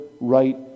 right